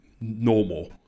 normal